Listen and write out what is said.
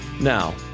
Now